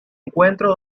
encuentro